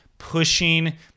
Pushing